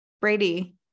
Brady